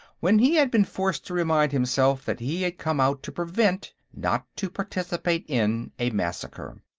when he had been forced to remind himself that he had come out to prevent, not to participate in, a massacre.